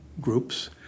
groups